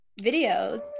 videos